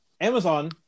Amazon